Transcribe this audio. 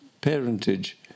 parentage